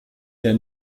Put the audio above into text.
der